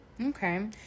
Okay